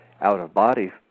out-of-body